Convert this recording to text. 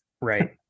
Right